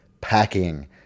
packing